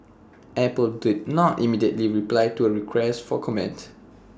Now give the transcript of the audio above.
Apple did not immediately reply to A request for comment